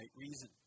reason